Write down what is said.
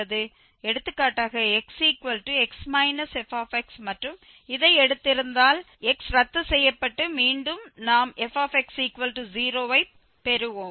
எடுத்துக்காட்டாக xx f மற்றும் இதை எடுத்திருந்தால் x ரத்து செய்யப்பட்டு மீண்டும் நாம் fx0 ஐப் பெறுவோம்